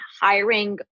hiring